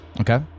Okay